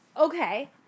Okay